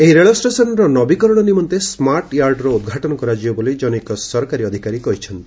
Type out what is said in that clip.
ଏହି ରେଳ ଷ୍ଟେସନ୍ର ନବୀକରଣ ନିମନ୍ତେ ସ୍କାର୍ଟ ୟାର୍ଡର ଉଦ୍ଘାଯନ କରାଯିବ ବୋଲି ଜନୈକ ସରକାରୀ ଅଧିକାରୀ କହିଛନ୍ତି